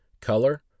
color